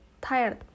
tired